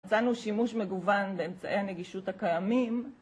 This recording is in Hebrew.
מצאנו שימוש מגוון באמצעי הנגישות הקיימים